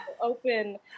open